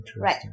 right